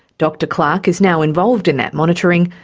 dr clarke is now involved in that monitoring,